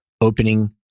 opening